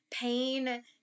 pain